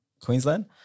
Queensland